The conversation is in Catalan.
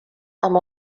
amb